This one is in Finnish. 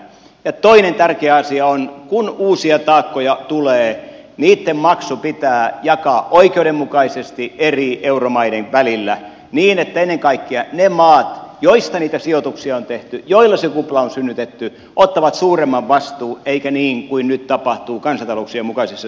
ja toinen tärkeä asia on että kun uusia taakkoja tulee niitten maksu pitää jakaa oikeudenmukaisesti eri euromaiden välillä niin että ennen kaikkea ne maat joista niitä sijoituksia on tehty ja joilla se kupla on synnytetty ottavat suuremman vastuun eikä niin kuin nyt tapahtuu kansantalouk sien mukaisessa suhteessa